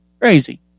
crazy